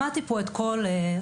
שמעתי פה את כל חבריי,